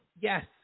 Yes